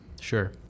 Sure